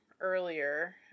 earlier